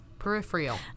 peripheral